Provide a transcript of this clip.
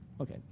Okay